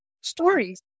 stories